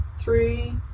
three